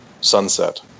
sunset